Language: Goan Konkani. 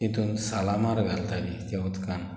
तितून सालामार घालताली त्या उदकान